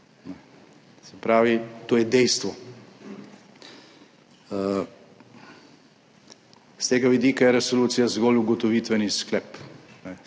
Se pravi, to je dejstvo. S tega vidika je resolucija zgolj ugotovitveni sklep.